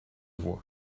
voix